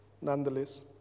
nonetheless